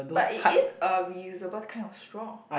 but it is a reusable kind of straw